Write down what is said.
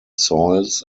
soils